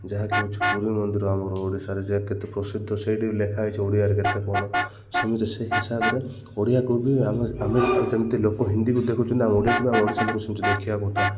ଯାହାକି ହଉଛି ପୁରୀ ମନ୍ଦିର ଆମର ଓଡ଼ିଶାରେ ଯାହା କେତେ ପ୍ରସିଦ୍ଧ ସେଇଠି ଲେଖା ହେଇଛି ଓଡ଼ିଆରେ କେତେ କ'ଣ ସେମିତି ସେଇ ହିସାବରେ ଓଡ଼ିଆକୁ ବି ଆମ ଆମେ ଯେମିତି ଲୋକ ହିନ୍ଦୀକୁ ଦେଖୁଛନ୍ତି ଆମ ଓଡ଼ିଆକୁ ବି ଆମ ଓଡ଼ିଶା ଲୋକ ସେମିତି ଦେଖିବା କଥା